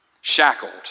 shackled